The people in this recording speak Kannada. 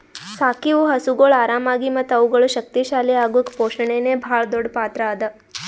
ಸಾಕಿವು ಹಸುಗೊಳ್ ಆರಾಮಾಗಿ ಮತ್ತ ಅವುಗಳು ಶಕ್ತಿ ಶಾಲಿ ಅಗುಕ್ ಪೋಷಣೆನೇ ಭಾಳ್ ದೊಡ್ಡ್ ಪಾತ್ರ ಅದಾ